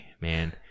man